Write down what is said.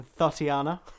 Thotiana